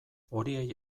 horiei